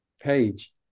page